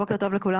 בוקר טוב לכולם,